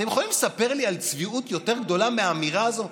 אתם יכולים לספר לי על צביעות יותר גדולה מהאמירה הזאת?